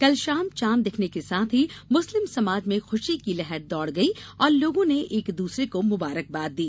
कल शाम चांद दिखने के साथ ही मुस्लिम समाज में खूशी की लहर दौड़ गई और लोगों ने एक दूसरे को मुकारकबाद दी